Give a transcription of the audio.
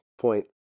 point